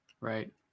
Right